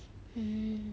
mm